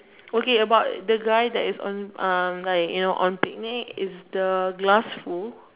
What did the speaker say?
okay about the guy that is on uh like you know on picnic is the glass full